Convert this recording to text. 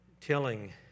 telling